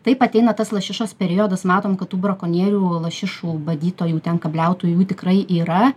taip ateina tas lašišos periodas matom kad tų brakonierių lašišų badytojų ten kabliautojų jų tikrai yra